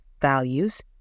values